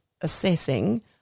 assessing